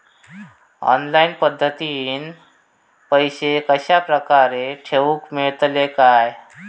Online पद्धतीन पैसे कश्या प्रकारे ठेऊक मेळतले काय?